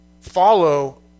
follow